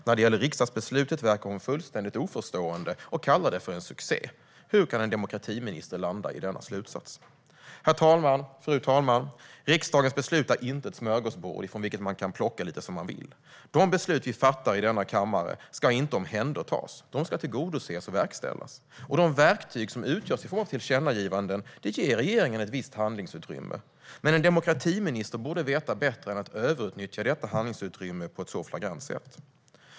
När det gäller riksdagsbeslutet verkar hon fullständigt oförstående och kallar det för en succé. Hur kan en demokratiminister landa i denna slutsats? Fru talman! Riksdagens beslut är inte ett smörgåsbord ifrån vilket man kan plocka lite som man vill. De beslut som vi fattar i denna kammare ska inte omhändertas, de ska tillgodoses och verkställas. Det verktyg som utgörs av tillkännagivanden ger regeringen ett visst handlingsutrymme. Men en demokratiminister borde veta bättre än att överutnyttja detta handlingsutrymme på ett så flagrant sätt.